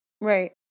right